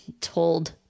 told